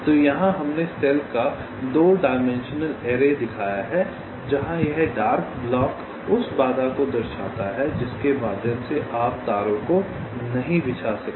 तो यहाँ हमने सेल का 2 डायमेंशनल ऐरे दिखाया है जहाँ यह डार्क ब्लॉक उस बाधा को दर्शाता है जिसके माध्यम से आप तारों को नहीं बिछा सकते